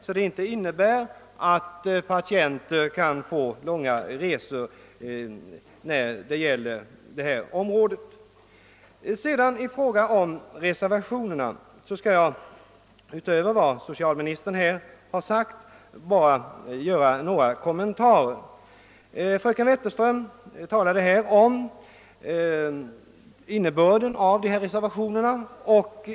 Det får inte innebära att patienter får finna sig i långa resor. I fråga om reservationerna skall jag utöver vad socialministern har sagt bara göra några kommentarer. Fröken Wetterström talade om innebörden av dessa reservationer.